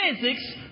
physics